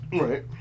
Right